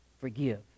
forgive